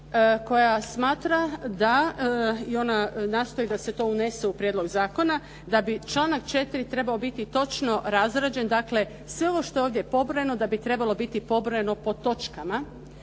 koja smatra da, i ona nastoji da se to unese u prijedlog zakona da bi članak 4. trebao biti točno razrađen, dakle, sve ovo što je ovdje pobrojeno da bi trebalo biti pobrojeno po točkama.